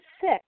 sick